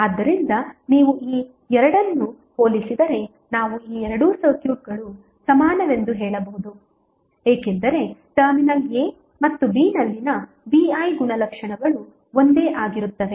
ಆದ್ದರಿಂದ ನೀವು ಈ ಎರಡನ್ನು ಹೋಲಿಸಿದರೆ ನಾವು ಈ ಎರಡು ಸರ್ಕ್ಯೂಟ್ಗಳು ಸಮಾನವೆಂದು ಹೇಳಬಹುದು ಏಕೆಂದರೆ ಟರ್ಮಿನಲ್ a ಮತ್ತು b ನಲ್ಲಿನ VI ಗುಣಲಕ್ಷಣಗಳು ಒಂದೇ ಆಗಿರುತ್ತವೆ